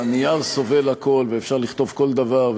הנייר סובל הכול ואפשר לכתוב כל דבר,